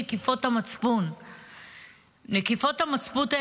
נקיפות המצפון.